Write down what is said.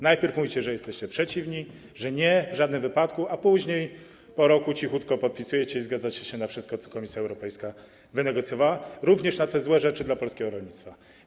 Najpierw mówicie, że jesteście przeciwni, że nie, w żadnym wypadku, a później, po roku, cichutko podpisujecie i zgadzacie się na wszystko, co Komisja Europejska wynegocjowała, również na te złe rzeczy dla polskiego rolnictwa.